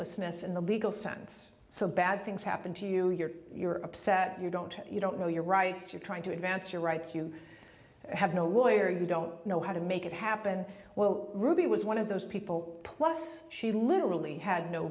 voiceless ness in the legal sense so bad things happen to you you're upset you don't you don't know your rights you're trying to advance your rights you have no lawyer you don't know how to make it happen well ruby was one of those people plus she literally had no